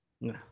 No